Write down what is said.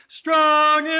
strong